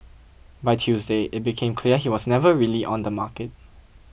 by Tuesday it became clear he was never really on the market